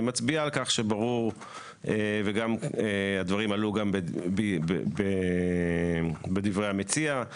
מצביע על כך שברור וגם הדברים עלו בדברי המציע.